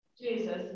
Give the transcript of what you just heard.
Jesus